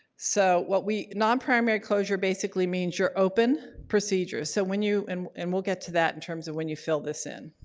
so what we non-primary closure basically means your open procedures. so when you and and we'll get to that in terms of when you fill this is.